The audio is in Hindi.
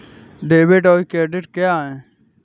डेबिट और क्रेडिट क्या है?